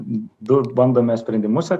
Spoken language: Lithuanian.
du bandome sprendimus